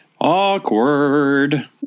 Awkward